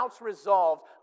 resolved